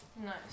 Nice